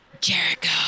Jericho